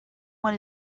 want